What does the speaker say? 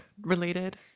related